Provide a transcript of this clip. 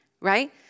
right